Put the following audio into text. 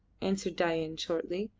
answered dain shortly,